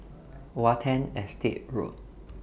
Watten Estate Road